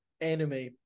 anime